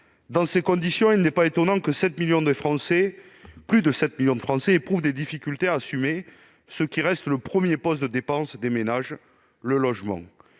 Dans ces conditions, il n'est pas étonnant que plus de 7 millions de Français éprouvent des difficultés à assumer le premier poste de dépenses des ménages, le logement.